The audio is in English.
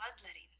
bloodletting